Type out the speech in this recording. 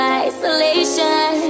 isolation